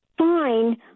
Fine